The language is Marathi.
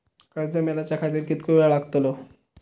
कर्ज मेलाच्या खातिर कीतको वेळ लागतलो?